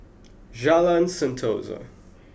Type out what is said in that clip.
Jalan Sentosa